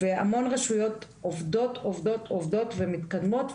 המון רשויות עובדות עובדות עובדות ומתקדמות,